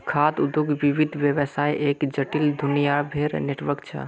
खाद्य उद्योग विविध व्यवसायर एक जटिल, दुनियाभरेर नेटवर्क छ